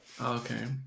Okay